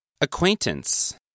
Acquaintance